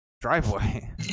driveway